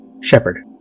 Shepard